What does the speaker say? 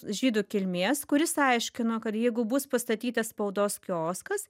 žydų kilmės kuris aiškino kad jeigu bus pastatytas spaudos kioskas